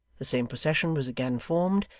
the same procession was again formed,